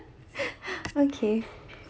okay